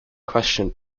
questioned